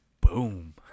boom